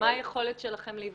ומה היכולת שלכם לבדוק?